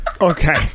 Okay